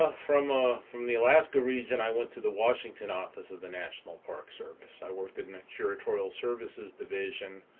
ah from ah from the alaska region i went to the washington office of the national park service. i worked in the curatorial services division